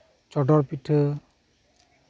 ᱪᱚᱰᱚᱨ ᱯᱤᱴᱷᱟᱹ